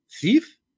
Thief